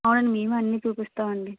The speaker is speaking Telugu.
అవునండి మేమే అన్నీ చూపిస్తామండి